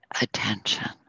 attention